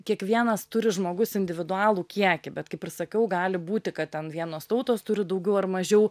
kiekvienas turi žmogus individualų kiekį bet kaip ir sakiau gali būti kad ten vienos tautos turi daugiau ar mažiau